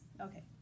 Okay